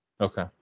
Okay